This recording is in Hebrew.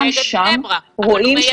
גם שם רואים -- אבל הוא --- בבני-ברק.